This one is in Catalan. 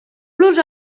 los